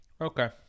okay